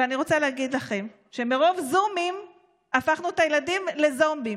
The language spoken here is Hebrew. אבל אני רוצה להגיד לכם שמרוב זומים הפכנו את הילדים לזומבים.